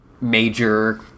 Major